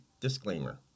disclaimer